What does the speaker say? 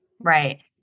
Right